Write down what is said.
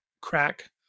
crack